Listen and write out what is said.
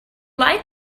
lied